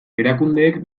erakundeek